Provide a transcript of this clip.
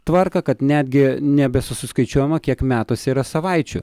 tvarką kad netgi nebesusiskaičiuojama kiek metuose yra savaičių